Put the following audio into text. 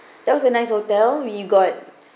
that was a nice hotel we got